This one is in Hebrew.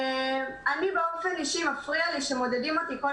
לי באופן אישי מפריע שמודדים אותי כל